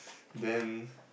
then